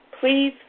please